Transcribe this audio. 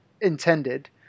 intended